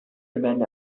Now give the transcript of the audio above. remained